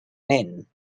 min